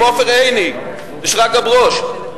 עם עופר עיני ושרגא ברוש,